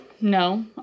No